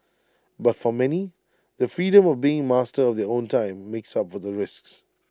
but for many the freedom of being master of their own time makes up for the risks